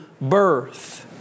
birth